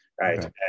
right